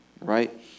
right